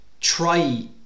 try